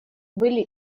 были